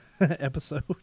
episode